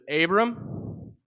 Abram